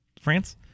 France